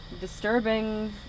disturbing